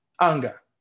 anger